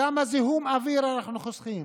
כמה זיהום אוויר אנחנו חוסכים,